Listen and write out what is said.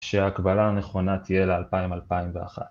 שההקבלה הנכונה תהיה ל-2000-2001